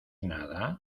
nada